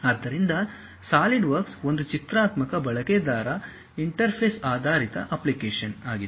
ಆದ್ದರಿಂದ ಸಾಲಿಡ್ವರ್ಕ್ಸ್ ಒಂದು ಚಿತ್ರಾತ್ಮಕ ಬಳಕೆದಾರ ಇಂಟರ್ಫೇಸ್ ಆಧಾರಿತ ಅಪ್ಲಿಕೇಶನ್ ಆಗಿದೆ